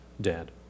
dead